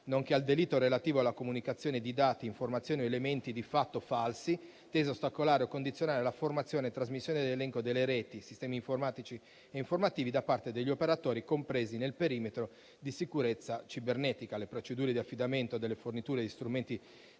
nonché al delitto relativo alla comunicazione di dati, informazioni o elementi di fatto falsi tesa a ostacolare o condizionare la formazione e trasmissione dell'elenco di reti, sistemi informatici e informativi da parte degli operatori compresi nel perimetro di sicurezza cibernetica, le procedure di affidamento delle forniture di strumenti